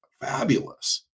fabulous